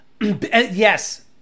Yes